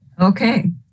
Okay